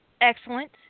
Excellent